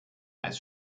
eis